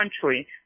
country